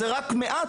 יש פה רק מעט",